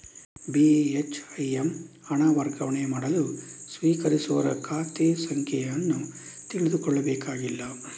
ಬಿ.ಹೆಚ್.ಐ.ಎಮ್ ಹಣ ವರ್ಗಾವಣೆ ಮಾಡಲು ಸ್ವೀಕರಿಸುವವರ ಖಾತೆ ಸಂಖ್ಯೆ ಅನ್ನು ತಿಳಿದುಕೊಳ್ಳಬೇಕಾಗಿಲ್ಲ